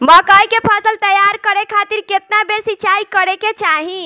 मकई के फसल तैयार करे खातीर केतना बेर सिचाई करे के चाही?